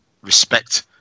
respect